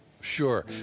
sure